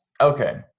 Okay